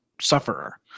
sufferer